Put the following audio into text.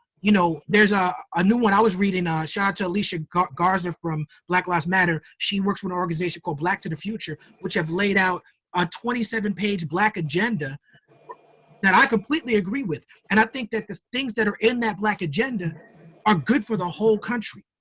you know, there's ah a new one i was reading ah shout-out to alicia garza from black lives matter. she works with an organization called black to the future, which have laid out a twenty seven page black agenda that i completely agree with. and i think that the things that are in that black agenda are good for the whole country.